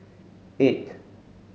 eight